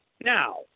Now